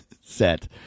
set